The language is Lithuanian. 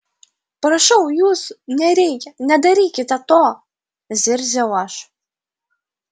prašau jūsų nereikia nedarykite to zirziau aš